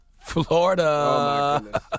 Florida